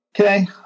Okay